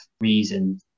reason